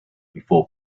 before